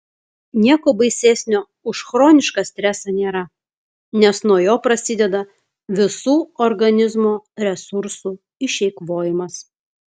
nieko baisesnio už chronišką stresą nėra nes nuo jo prasideda visų organizmo resursų išeikvojimas